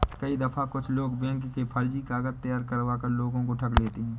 कई दफा कुछ लोग बैंक के फर्जी कागज तैयार करवा कर लोगों को ठग लेते हैं